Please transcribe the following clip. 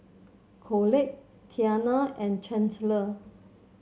Colette Tiana and Chandler